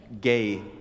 gay